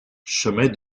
chemin